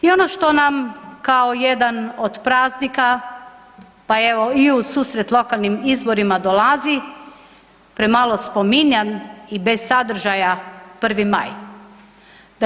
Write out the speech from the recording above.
I ono što nam kao jedan od praznika pa evo i u susret lokalnim izborima dolazi, premalo spominjan i bez sadržaja Prvi maj.